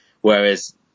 whereas